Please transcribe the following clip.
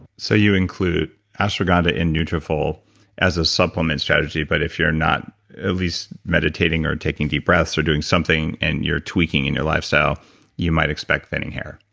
so you include ashwagandha in nutrafol as a supplement strategy, but if you're not at least meditating or taking deep breaths or doing something and you're tweaking in your lifestyle you might expect thinning hair.